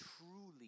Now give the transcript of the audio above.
truly